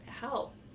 help